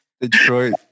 Detroit